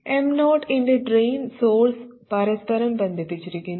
M0 ൻറെ drain source പരസ്പരം ബന്ധിപ്പിച്ചിരിക്കുന്നു